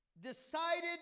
Decided